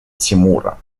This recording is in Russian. тимура